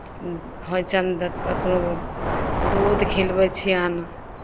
होइ छनि तऽ ककरो दूध खिलबै छियनि